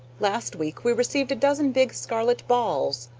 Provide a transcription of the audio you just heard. last week we received a dozen big scarlet balls.